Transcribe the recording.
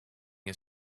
his